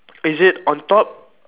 is it on top